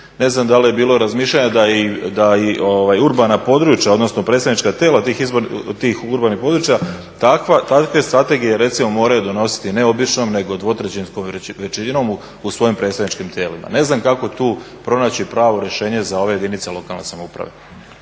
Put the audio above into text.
Ne znam da li je bilo razmišljanja da i urbana područja odnosno predstavnička tijela tih urbanih područja takve strategije moraju donositi ne običnom nego dvotrećinskom većinom u svojim predstavničkim tijelima. Ne znam kako tu pronaći pravo rješenje za ove jedinice lokalne samouprave.